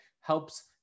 helps